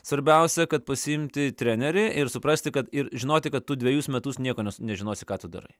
svarbiausia kad pasiimti trenerį ir suprasti kad ir žinoti kad tu dvejus metus nieko nes nežinosi ką tu darai